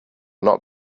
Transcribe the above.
not